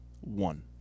One